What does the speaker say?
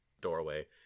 doorway